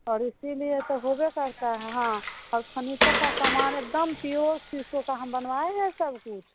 और इसलिए तब होबे करता है हाँ और फर्नीचर का समान एकदम पियोर सीसो का हम बनवाए रहे सब कुछ